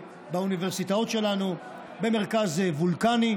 באוניברסיטאות שלנו, במרכז וולקני,